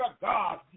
God